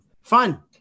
Fun